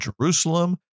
Jerusalem